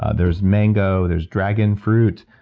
ah there's mango. there's dragon fruit,